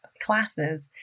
classes